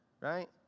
right